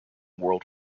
world